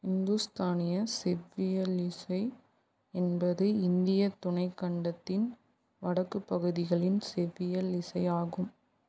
இந்துஸ்தானிய செவ்வியல் இசை என்பது இந்தியத் துணைக்கண்டத்தின் வடக்குப் பகுதிகளின் செவ்வியல் இசையாகும்